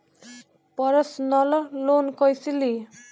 Personal loan कैसे ली?